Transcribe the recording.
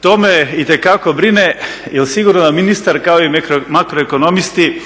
to me itekako brine jer sigurno da ministar kao i makroekonomisti